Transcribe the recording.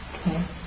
Okay